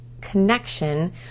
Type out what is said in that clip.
connection